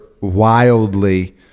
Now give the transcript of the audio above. wildly